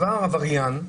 עבריין,